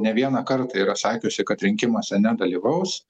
ne vieną kartą yra sakiusi kad rinkimuose nedalyvaus